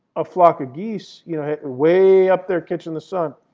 a flock of geese you know way up there catching the sun.